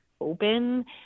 open